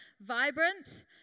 vibrant